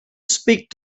speak